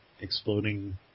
exploding